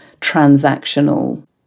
transactional